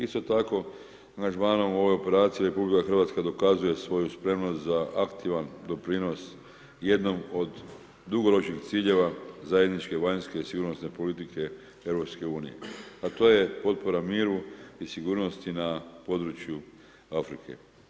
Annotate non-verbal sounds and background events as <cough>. Isto tako, ... <unintelligible> ove operacije RH dokazuje svoju spremnost za aktivan doprinos jednom od dugoročnih ciljeva zajedničke vanjske i sigurnosne politike a to je potpora miru i sigurnosti na području Afrike.